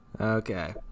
Okay